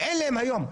כשאין להם היום,